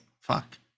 fuck